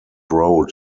road